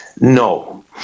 No